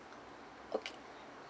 okay